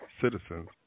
citizens